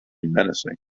menacing